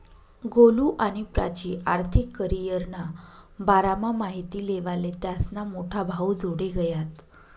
गोलु आणि प्राची आर्थिक करीयरना बारामा माहिती लेवाले त्यास्ना मोठा भाऊजोडे गयात